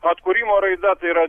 atkūrimo raida tai yra